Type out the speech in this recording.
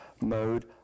mode